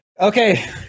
Okay